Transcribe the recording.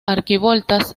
arquivoltas